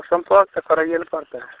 सम्पर्क तऽ करैए ने पड़तै